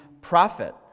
prophet